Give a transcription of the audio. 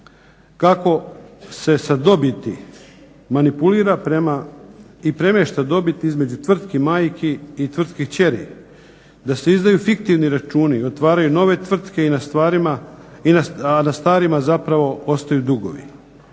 kako se sa dobiti manipulira i premješta dobit između tvrtki majki i tvrtki kćeri da se izdaju fiktivni računi, otvaraju nove tvrtke a da starima zapravo ostaju dugovi.